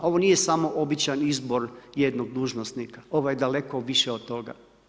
Ovo nije samo običan izbor jednog dužnosnika, ovo je daleko više od toga.